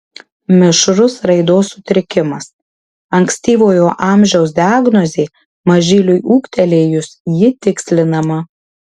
mišrus raidos sutrikimas ankstyvojo amžiaus diagnozė mažyliui ūgtelėjus ji tikslinama